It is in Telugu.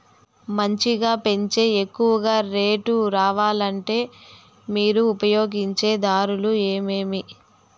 మంచిగా పెంచే ఎక్కువగా రేటు రావాలంటే మీరు ఉపయోగించే దారులు ఎమిమీ?